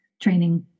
training